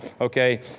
okay